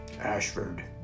Ashford